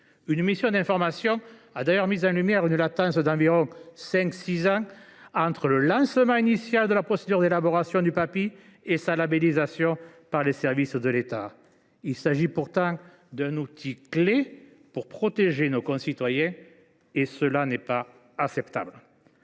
Une mission d’information a d’ailleurs mis en lumière une latence de cinq ou six ans entre le lancement initial de la procédure d’élaboration du Papi et sa labellisation par les services de l’État. Il s’agit pourtant d’un outil crucial pour protéger nos concitoyens. De tels délais ne sont pas acceptables.